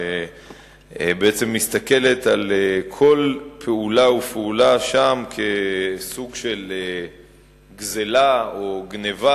שבעצם מסתכלת על כל פעולה ופעולה שם כסוג של גזלה או גנבה,